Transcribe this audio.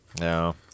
No